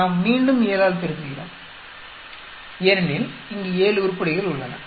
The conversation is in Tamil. நாம் மீண்டும் 7 ஆல் பெருக்கிறோம் ஏனெனில் இங்கே 7 உருப்படிகள் உள்ளன